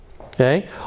Okay